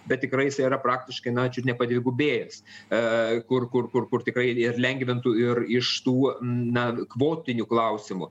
bet tikrai jisai yra praktiškai na čiut ne padvigubęs kur kur kur kur tikrai ir lengvintų ir iš tų na kvotinių klausimų